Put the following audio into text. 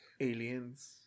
Aliens